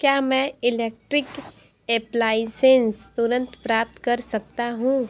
क्या मैं electric appliances तुरंत प्राप्त कर सकता हूँ